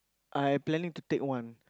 I planning to take one